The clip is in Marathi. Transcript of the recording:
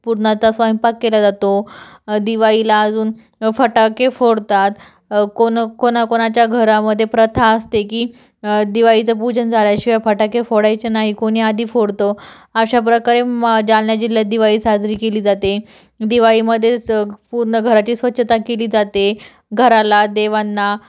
पुरणाचा स्वयंपाक केला जातो दिवाळीला अजून फटाके फोडतात कोण कोणाकोणाच्या घरामध्ये प्रथा असते की दिवाळीचं पूजन झाल्याशिवाय फटाके फोडायचे नाही कोणी आधी फोडतं अशा प्रकारे म जालना जिल्ह्यात दिवाळी साजरी केली जाते दिवाळीमध्येच पूर्ण घराची स्वच्छता केली जाते घराला देवांना